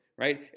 right